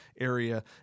area